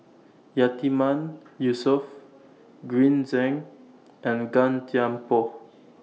Yatiman Yusof Green Zeng and Gan Thiam Poh